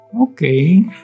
okay